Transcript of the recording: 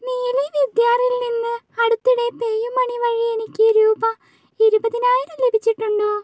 നീലി വിദ്യാറിൽ നിന്ന് അടുത്തിടെ പേയു മണി വഴി എനിക്ക് രൂപ ഇരുപതിനായിരം ലഭിച്ചിട്ടുണ്ടോ